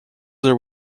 there